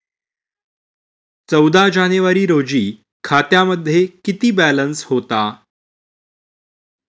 चौदा जानेवारी रोजी खात्यामध्ये किती बॅलन्स होता?